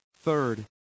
Third